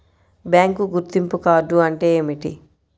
Bank గుర్తింపు card అంటే ఏమిటి?